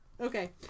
Okay